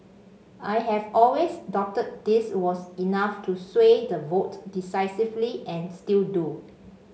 I have always doubted this was enough to sway the vote decisively and still do